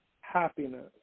happiness